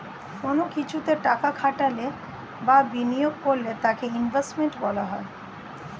কোন কিছুতে টাকা খাটালে বা বিনিয়োগ করলে তাকে ইনভেস্টমেন্ট বলা হয়